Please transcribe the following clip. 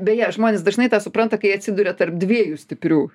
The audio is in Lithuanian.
beje žmonės dažnai tą supranta kai atsiduria tarp dviejų stiprių